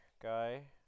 guy